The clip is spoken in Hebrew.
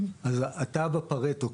אז אתה בפרטו,